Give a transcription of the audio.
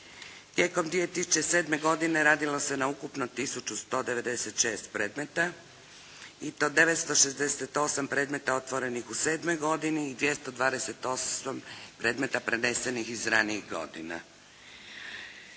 tijekom 2007. godine radilo se na ukupno tisuću 196 predmeta i to 968 predmeta otvorenih u 2007. godini i 228 predmeta prenesenih iz ranijih godina.